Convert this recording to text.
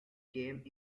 came